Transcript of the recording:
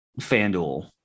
FanDuel